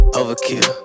overkill